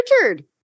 Richard